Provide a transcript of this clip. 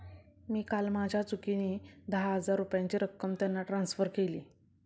मी काल माझ्या चुकीने दहा हजार रुपयांची रक्कम त्यांना ट्रान्सफर केली